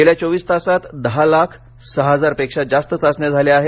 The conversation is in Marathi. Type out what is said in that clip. गेल्या चोवीस तासात दहा लाख सहा हजार पेक्षा जास्त चाचण्या झाल्या आहेत